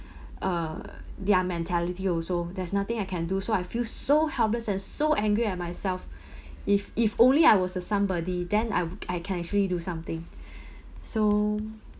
uh their mentality also there's nothing I can do so I feel so helpless and so angry at myself if if only I was uh somebody then I I can actually do something so